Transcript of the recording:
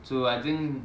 so I think